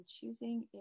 choosing